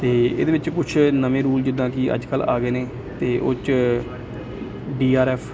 ਅਤੇ ਇਹਦੇ ਵਿੱਚ ਕੁਛ ਨਵੇਂ ਰੂਲ ਜਿੱਦਾਂ ਕਿ ਅੱਜ ਕੱਲ੍ਹ ਆ ਗਏ ਨੇ ਅਤੇ ਉਹ 'ਚ ਡੀ ਆਰ ਐੱਫ